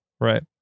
Right